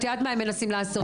את יודעת מה הם מנסים לעשות.